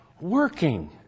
working